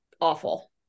Awful